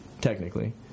technically